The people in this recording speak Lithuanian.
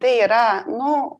tai yra nu